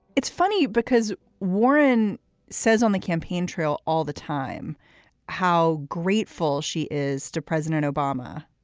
it's funny because warren says on the campaign trail all the time how grateful she is to president obama.